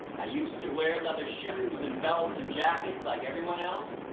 i used to wear leather shoes, and belts and jackets like everyone else.